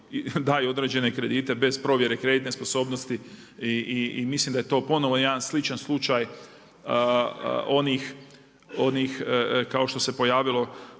daju određene kredite bez provjere kreditne sposobnosti i mislim da je to ponovno jedna sličan slučaj onih kao što se pojavilo